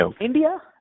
India